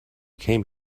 came